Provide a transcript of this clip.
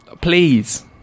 Please